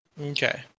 Okay